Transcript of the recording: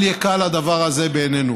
אל יקל הדבר הזה בעינינו.